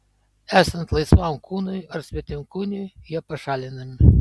esant laisvam kūnui ar svetimkūniui jie pašalinami